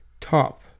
Top